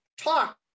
talk